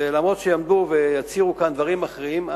אף שיעמדו ויצהירו כאן דברים אחרים,